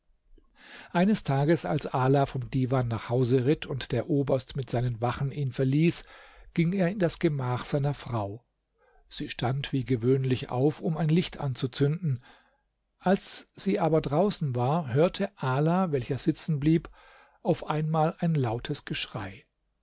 eines tages als ala vom divan nach hause ritt und der oberst mit seinen wachen ihn verließ ging er in das gemach seiner frau sie stand wie gewöhnlich auf um ein licht anzuzünden als sie aber draußen war hörte ala welcher sitzenblieb auf einmal ein lautes geschrei